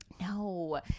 No